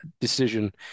decision